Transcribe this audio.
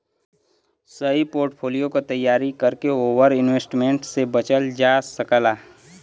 सही पोर्टफोलियो क तैयारी करके ओवर इन्वेस्टमेंट से बचल जा सकला